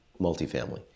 multifamily